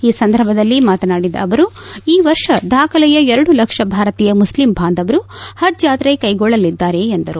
ಈ ಸಂದರ್ಭದಲ್ಲಿ ಮಾತನಾಡಿದ ಅವರು ಈ ವರ್ಷ ದಾಖಲೆಯ ಎರಡು ಲಕ್ಷ ಭಾರತೀಯ ಮುಸ್ಲಿಂ ಬಾಂಧವರು ಹಜ್ ಯಾತ್ರೆ ಕೈಗೊಳ್ಳಲಿದ್ದಾರೆ ಎಂದರು